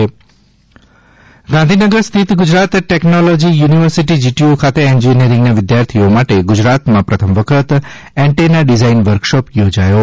GTU workshop Gandhinagar સ્થિત Gujarat technology university GTU ખાતે એન્જિનિયરિંગન વિદ્યાર્થીઓ માટે ગુજરાતમં પ્રથમ વખત એન્ટેન ડિઝાઇન વર્કશોપ યોજાયો